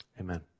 Amen